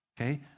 Okay